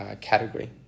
category